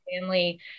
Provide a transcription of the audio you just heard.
family